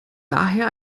daher